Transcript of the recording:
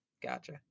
Gotcha